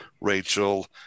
Rachel